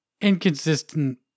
inconsistent